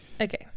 okay